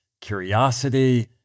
curiosity